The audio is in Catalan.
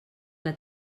que